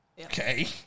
Okay